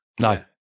No